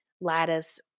lattice